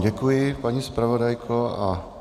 Děkuji vám, paní zpravodajko.